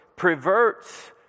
Perverts